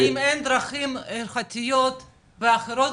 האם אין דרכים הלכתיות ואחרות,